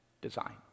design